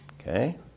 Okay